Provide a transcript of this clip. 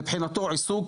מבחינתו עיסוק